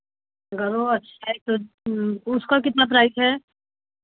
घरोच उसका कितना प्राइस है